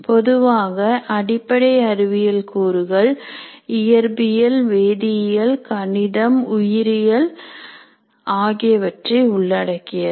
பொதுவாக அடிப்படை அறிவியல் கூறுகள் இயற்பியல் வேதியியல் கணிதம் உயிரியல் ஆகியவற்றை உள்ளடக்கியது